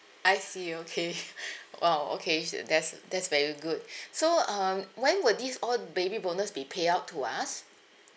I see okay !wow! okay su~ that's that's very good so um when will this all baby bonus be pay out to us